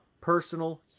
personal